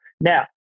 Now